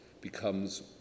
becomes